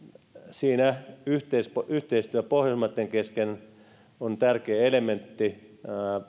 siinä yhteistyö yhteistyö pohjoismaitten kesken on tärkeä elementti